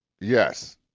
yes